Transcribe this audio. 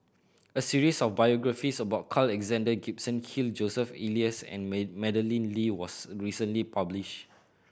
a series of biographies about Carl Alexander Gibson Hill Joseph Elias and May Madeleine Lee was recently published